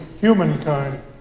humankind